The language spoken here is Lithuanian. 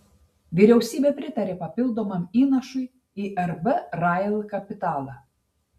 vyriausybė pritarė papildomam įnašui į rb rail kapitalą